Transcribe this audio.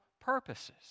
purposes